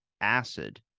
acid